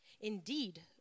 Indeed